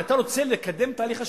אם אתה רוצה לקדם תהליך שלום,